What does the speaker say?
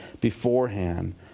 beforehand